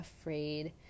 afraid